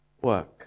work